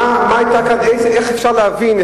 איך אפשר להבין?